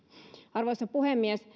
arvoisa puhemies